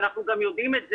ואנחנו גם יודעים את זה,